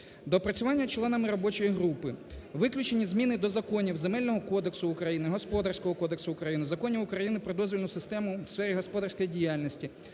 Доопрацювання членами робочої групи виключені зміни до законів України, Земельного кодексу України, Господарського кодексу України, законів України про дозвільну систему у сфері господарської діяльності,